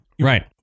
Right